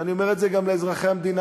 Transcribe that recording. ואני אומר את זה גם לאזרחי המדינה,